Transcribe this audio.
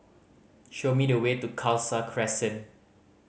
show me the way to Khalsa Crescent